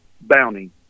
bounty